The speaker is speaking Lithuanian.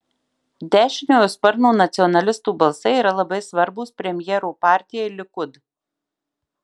dešiniojo sparno nacionalistų balsai yra labai svarbūs premjero partijai likud